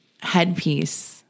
headpiece